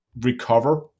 recover